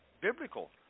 biblical